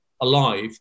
Alive